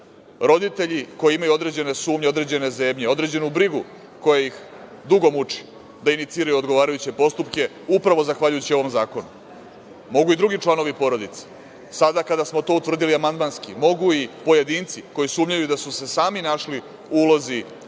roditelji koji imaju određene sumnje, određene zebnje, određenu brigu koja ih dugo muči, da iniciraju odgovarajuće postupke upravo zahvaljujući ovom zakonu. Mogu i drugi članovi porodice, sada kada smo to utvrdili amandmanski, mogu i pojedinci koji sumnjaju da su se sami našli u ulozi